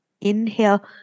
Inhale